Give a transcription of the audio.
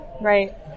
Right